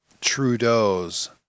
Trudeau's